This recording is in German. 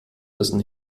müssen